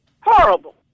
Horrible